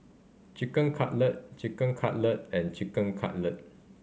Chicken Cutlet Chicken Cutlet and Chicken Cutlet